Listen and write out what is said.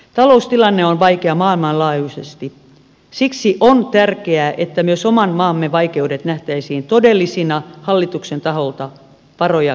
taloustilanne on vaikea maailmanlaajuisesti siksi on tärkeää että myös oman maamme vaikeudet nähtäisiin todellisina hallituksen taholta varoja kohdennettaessa